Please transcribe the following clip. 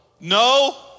No